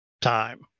time